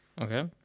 Okay